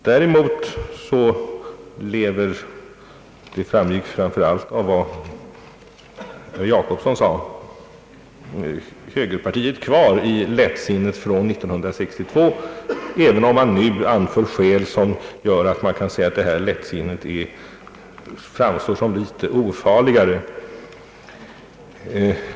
Däremot lever — det framgick framför allt av vad herr Jacobsson sade — högerpartiet kvar i lättsinnet från 1962, även om man nu anför skäl som gör att man kan säga att detta lättsinne framstår som något ofarligare.